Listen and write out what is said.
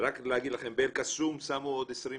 רק להגיד לכם, באל קאסום שמו עוד 26